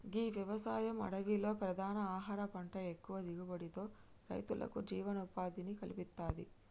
గీ వ్యవసాయం అడవిలో ప్రధాన ఆహార పంట ఎక్కువ దిగుబడితో రైతులకు జీవనోపాధిని కల్పిత్తది